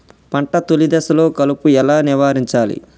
పంట తొలి దశలో కలుపు ఎలా నివారించాలి?